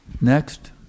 Next